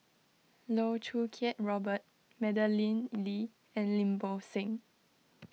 Loh Choo Kiat Robert Madeleine Lee and Lim Bo Seng